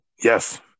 Yes